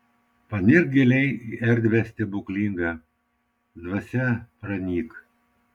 panirk giliai į erdvę stebuklingą dvasia pranyk